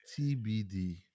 TBD